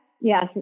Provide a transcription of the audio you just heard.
yes